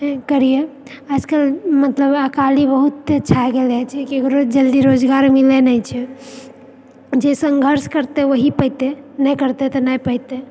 करियै खास कऽ मतलब अकाली बहुते छाय गेल छै केकरो जल्दी रोजगार मिलै नहि छै जे संघर्ष करतै वहीँ पेतै नहि करतै तऽ नहि पेतै